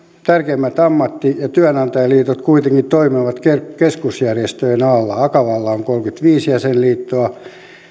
tärkeimmät ammatti ja työnantajaliitot kuitenkin toimivat keskusjärjestöjen alla akavalla on kolmekymmentäviisi jäsenliittoa